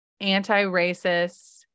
Anti-racist